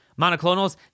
monoclonals